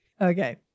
Okay